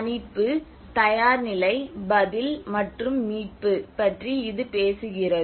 தணிப்பு தயார்நிலை பதில் மற்றும் மீட்பு பற்றி இது பேசுகிறது